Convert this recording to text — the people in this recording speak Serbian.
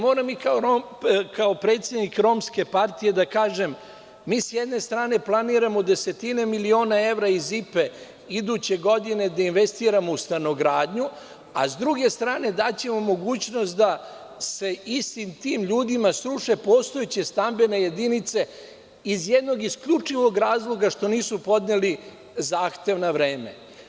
Moram i kao predsednik Romske partije da kažem, mi sa jedne strane planiramo desetine miliona evra izIP iduće godine da investiramo u stanogradnju, a sa druge strane daćemo mogućnost da se istim tim ljudima sruše postojeće stambene jedinice iz jednog isključivog razloga što nisu podneli zahtev na vreme.